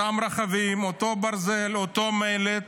אותם רכבים, אותו ברזל, אותו מלט,